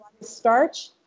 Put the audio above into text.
starch